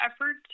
effort